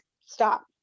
stop